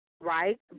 right